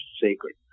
sacred